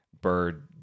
bird